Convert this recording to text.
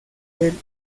del